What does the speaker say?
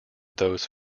those